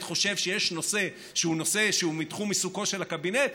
חושב שיש נושא שהוא נושא שהוא מתחום עיסוקו של הקבינט,